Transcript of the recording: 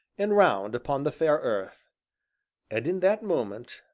and round upon the fair earth and, in that moment,